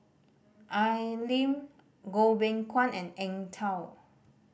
Al Lim Goh Beng Kwan and Eng Tow